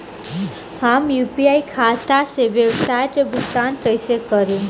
हम यू.पी.आई खाता से व्यावसाय के भुगतान कइसे करि?